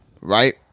right